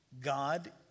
God